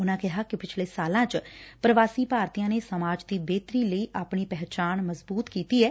ਉਨੂਾ ਕਿਹਾ ਕਿ ਪਿਛਲੇ ਸਾਲਾ ਚ ਪ੍ਰਵਾਸੀ ਭਾਰਤੀਆ ਨੇ ਸਮਾਜ ਦੀ ਬਿਹਤਰੀ ਲਈ ਆਪਣੀ ਪਹਿਚਾਣ ਮਜਬੂਤ ਕੀਤੀ ਐ